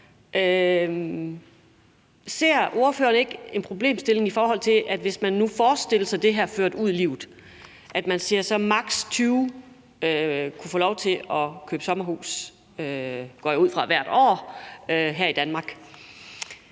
ser ordføreren ikke en problemstilling i det? Hvis man nu forestillede sig det her ført ud i livet og man så sagde, at maks. 20 kunne få lov til at købe sommerhus, går jeg ud fra, hvert år her i Danmark,